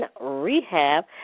rehab